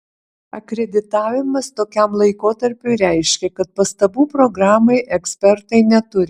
akreditavimas tokiam laikotarpiui reiškia kad pastabų programai ekspertai neturi